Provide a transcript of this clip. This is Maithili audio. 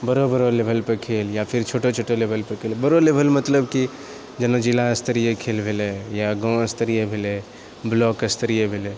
बड़ऽ बड़ऽ लेवलपर खेल या फिर छोटऽ छोटऽ लेवलपर बड़ऽ लेवल मतलब कि जेना जिला स्तरीय खेल भेलै या गाँव स्तरीय भेलै ब्लॉक स्तरीय भेलै